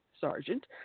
Sergeant